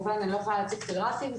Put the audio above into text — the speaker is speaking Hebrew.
אני לא יכולה להציג גרפים,